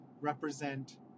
represent